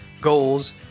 goals